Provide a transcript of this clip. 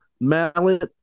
mallet